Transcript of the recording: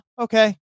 okay